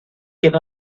give